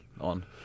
on